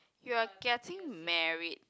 you are getting married